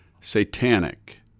satanic